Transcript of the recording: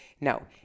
no